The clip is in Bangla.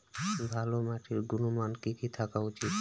ভালো মাটির গুণমান কি কি থাকা উচিৎ?